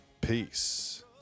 peace